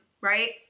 right